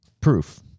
proof